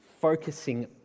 focusing